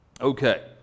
Okay